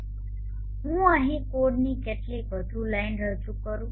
ચાલો હું અહીં કોડની કેટલીક વધુ લાઇનો રજૂ કરું